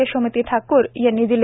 यशोमती ठाकूर यांनी दिले